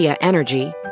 Energy